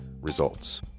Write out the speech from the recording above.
results